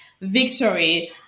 victory